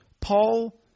Paul